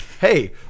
Hey